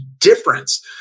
difference